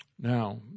Now